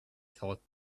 thought